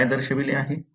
ते काय दर्शविले आहे